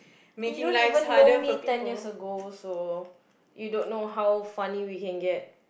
you don't even know me ten years ago also you don't know how funny we can get